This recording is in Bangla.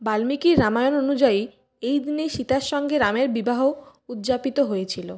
বাল্মীকির রামায়ণ অনুযায়ী এই দিনেই সীতার সঙ্গে রামের বিবাহ উদ্যাপিত হয়েছিল